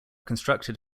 constructed